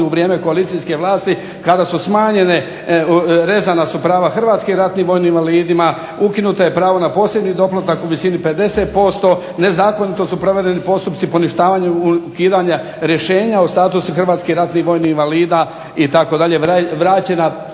u vrijeme koalicijske vlasti kada su smanjene, rezana su prava hrvatskim ratnih vojnim invalidima, ukinuto je pravo na posebni doplatak u visini 50%, nezakonito su provedeni postupci poništavanja i ukidanja rješenja o statusu Hrvatskih ratnih vojnih invalida itd. vraćena